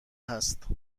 هست